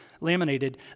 laminated